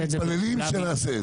מתפללים שנעשה את זה.